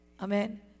Amen